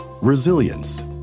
Resilience